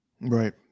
right